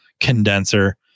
condenser